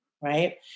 right